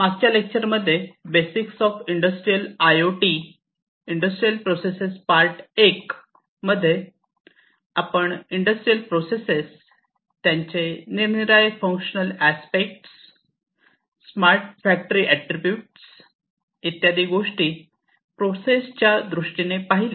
मागच्या lecture basics of industrial I O T industrial processes part 1 मध्ये आपण industrial process त्याचे निरनिराळे functional aspect smart factory attribute इत्यादी गोष्टी प्रोसेस च्या दृष्टीने पहिल्या